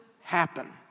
happen